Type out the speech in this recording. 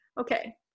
Okay